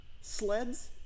sleds